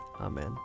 Amen